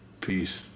peace